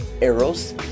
Eros